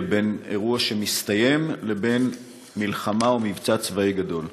בין אירוע שמסתיים ובין מלחמה או מבצע צבאי גדול.